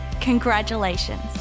congratulations